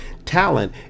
Talent